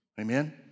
Amen